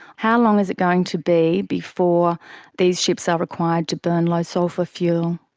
how long is it going to be before these ships are required to burn low sulphur fuel?